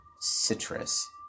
Citrus